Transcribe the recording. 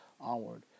onward